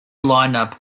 lineup